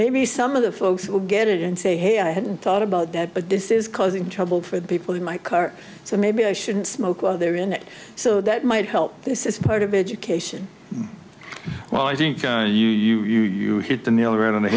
maybe some of the folks will get it and say hey i hadn't thought about that but this is causing trouble for the people in my car so maybe i shouldn't smoke while they're in it so that might help this is part of education well i think you hit the nail right on the